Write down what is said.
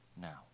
now